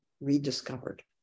rediscovered